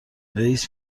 رییس